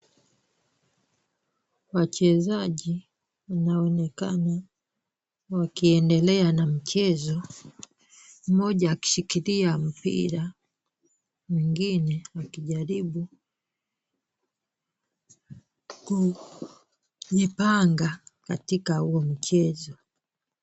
Wachezaji inaonekana wakiendelea na mchezo. Mmoja akishikilia mpira mwengine akijaribu kujipanga katika huu mchezo.